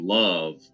love